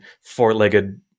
four-legged